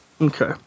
Okay